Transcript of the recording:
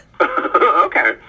Okay